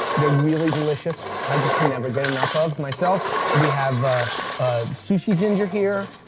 they're really delicious. i just can never get enough of, myself. we have ah ah sushi ginger here.